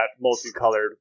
multicolored